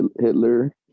Hitler